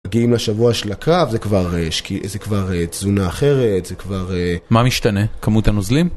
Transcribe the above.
מגיעים לשבוע של הקרב זה כבר תזונה אחרת, זה כבר... מה משתנה? כמות הנוזלים?